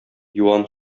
юан